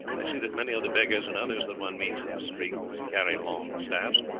i see that many of the beggars and others that one meets in the streets carry long staffs,